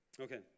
Okay